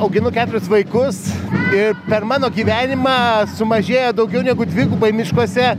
auginu keturis vaikus ir per mano gyvenimą sumažėjo daugiau negu dvigubai miškuose